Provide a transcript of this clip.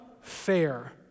fair